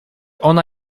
ona